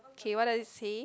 okay what does it say